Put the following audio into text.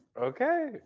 Okay